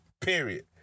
period